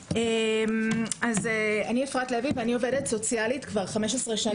אז שלום אני אפרת לוי ואני עובדת סוציאלית כבר 15 שנה,